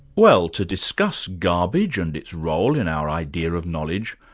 well, to discuss garbage and its role in our idea of knowledge,